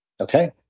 Okay